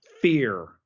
fear